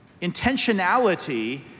Intentionality